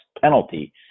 penalty